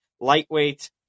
lightweight